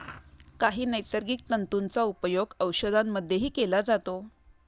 काही नैसर्गिक तंतूंचा उपयोग औषधांमध्येही केला जातो